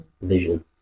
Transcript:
Vision